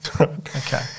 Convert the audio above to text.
Okay